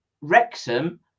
Wrexham